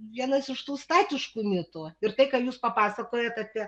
vienas iš tų statiškų mitų ir tai ką jūs papasakojot apie